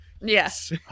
yes